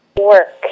work